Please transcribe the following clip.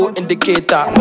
indicator